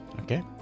Okay